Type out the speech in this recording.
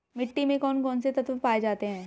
मिट्टी में कौन कौन से तत्व पाए जाते हैं?